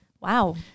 Wow